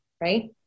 right